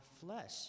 flesh